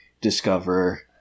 discover